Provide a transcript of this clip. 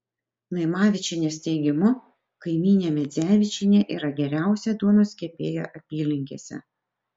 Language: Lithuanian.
naimavičienės teigimu kaimynė medzevičienė yra geriausia duonos kepėja apylinkėse